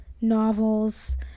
novels